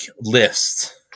list